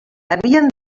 havien